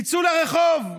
תצאו לרחוב.